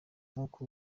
nkuko